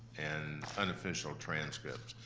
and unofficial transcripts.